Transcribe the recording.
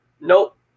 nope